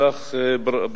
אני שלחתי לך ברכות,